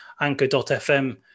Anchor.fm